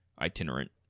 itinerant